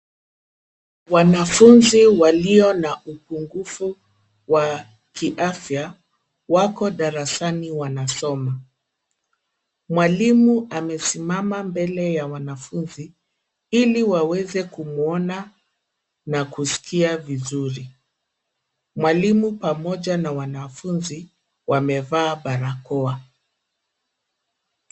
Wanafunzi walio na upungufu wa kiafya wako darasani wanasoma. Mwalimu amesimama mbele ya wanafunzi ili waweze kumwona na kusikia vizuri. Mwalimu pamoja na wanafunzi wamevaa barakoa.